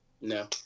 No